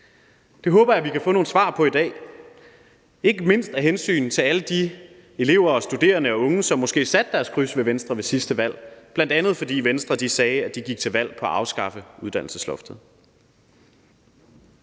Det håber jeg vi kan få nogle svar på i dag, ikke mindst af hensyn til alle de elever og studerende og unge, som måske satte deres kryds ved Venstre ved sidste valg, bl.a. fordi Venstre sagde, at de gik til valg på at afskaffe uddannelsesloftet.